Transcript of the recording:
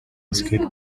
state